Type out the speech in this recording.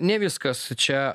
ne viskas čia